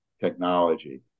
technology